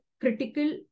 critical